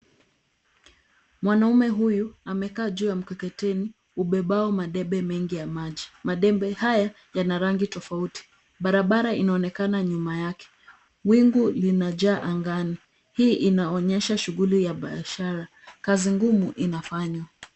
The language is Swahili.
Mwanaume huyu ameka juu ya mkuketeni ubebao madebe mengi ya maji. Madebe haya ya narangi tofauti. Barabara inonekana nyuma yaki. Wingu linaja angani. Hii inaonyesha shuguli ya baashara. Kazingumu inafanyo.